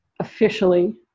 Officially